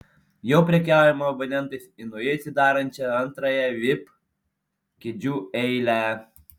jau prekiaujama abonementais į naujai atsirasiančią antrąją vip kėdžių eilę